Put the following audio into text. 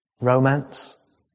romance